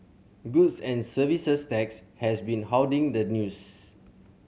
goods and Services Tax has been hoarding the news